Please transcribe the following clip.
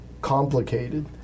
complicated